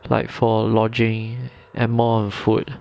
like for lodging and more on food